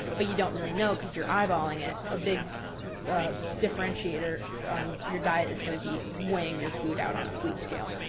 but you don't really know because you're eyeballing it. a big differentiator on your diet is going to be weighing your food out on a food scale.